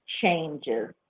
changes